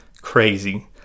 crazy